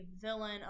villain